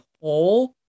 whole